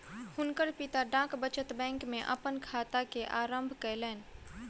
हुनकर पिता डाक बचत बैंक में अपन खाता के आरम्भ कयलैन